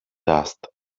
dust